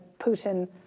Putin